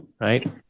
right